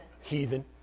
Heathen